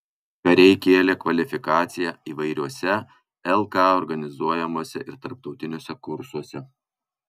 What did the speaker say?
kariai kėlė kvalifikaciją įvairiuose lk organizuojamuose ir tarptautiniuose kursuose